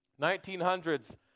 1900s